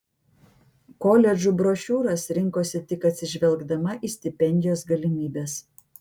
koledžų brošiūras rinkosi tik atsižvelgdama į stipendijos galimybes